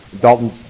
Dalton